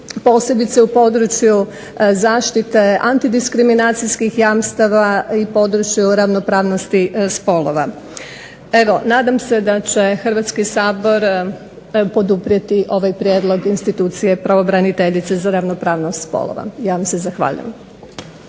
posebice u području zaštite antidiskriminacijskih jamstava i području ravnopravnosti spolova. Evo nadam se da će Hrvatski sabor poduprijeti ovaj prijedlog Institucije pravobraniteljice za ravnopravnost spolova. Ja vam se zahvaljujem.